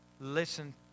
Listen